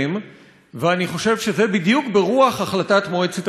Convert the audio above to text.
ואני חושב שזה בדיוק ברוח החלטת מועצת הביטחון של האו"ם.